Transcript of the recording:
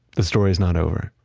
the story is not over.